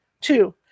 Two